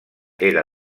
era